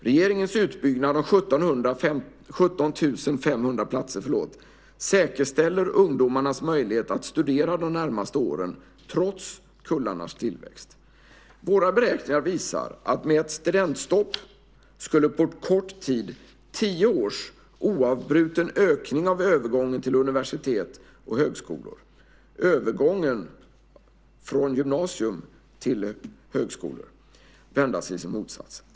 Regeringens utbyggnad av 17 500 platser säkerställer ungdomarnas möjlighet att studera de närmaste åren, trots kullarnas tillväxt. Våra beräkningar visar att med ett studentstopp skulle på kort tid tio års oavbruten ökning av övergången från gymnasium till universitet och högskolor vändas till sin motsats.